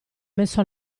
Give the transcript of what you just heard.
messo